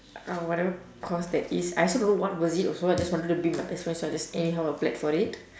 uh whatever course that is I also don't know what was it also ah just wanted to be with my best friend so I just anyhow apply for it